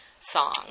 song